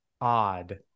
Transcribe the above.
odd